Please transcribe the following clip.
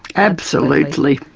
absolutely.